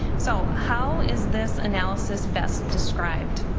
so how is this analysis best described?